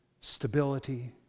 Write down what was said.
stability